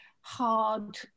hard